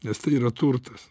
nes tai yra turtas